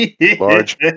large